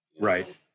right